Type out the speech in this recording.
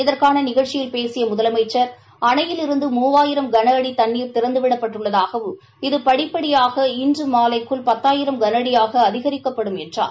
இதற்கான நிகழ்ச்சியல் பேசிய முதலமைச்சா் அணையிலிருந்து மூவாயிரம் கன அடி தண்ணீர் திறந்து விடப்பட்டுள்ளதாகவும் இது படிப்படியாக இன்று மலைக்குள் பத்தாயிரம் கன அடியாக அதிகரிக்கப்படும் என்றார்